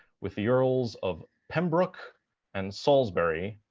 with the earls of pembroke and salisbury,